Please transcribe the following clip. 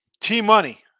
T-Money